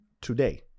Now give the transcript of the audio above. today